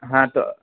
हॅं तऽ